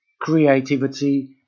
creativity